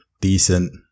Decent